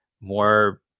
more